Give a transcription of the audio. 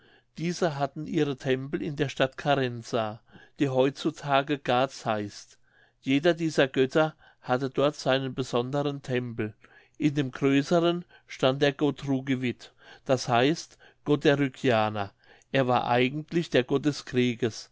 diese hatten ihre tempel in der stadt carenza die heut zu tage garz heißt jeder dieser götter hatte dort seinen besondern tempel in dem größeren stand der gott rugivit d h gott der rügianer er war eigentlich der